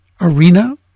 arena